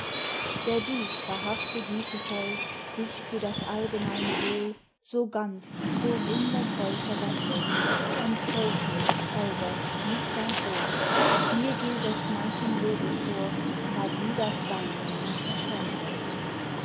der du wahrhafte güte voll dich für das allgemeine wohl so ganz so wundertreu verwendest entzeuch mich elbers nicht dein ohr mir gilt es manchem lobe vor da du das deine nie verschwendest